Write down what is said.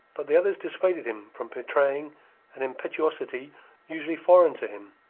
but the others dissuaded him from betraying an impetuosity usually foreign to him,